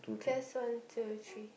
test one two three